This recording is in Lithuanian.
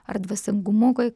ar dvasingumu kai